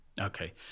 Okay